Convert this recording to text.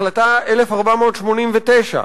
החלטה 1489,